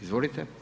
Izvolite.